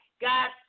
got